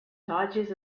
dodges